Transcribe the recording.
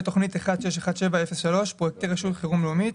תוכנית 1617-03 פרויקטי רשות חירום לאומית: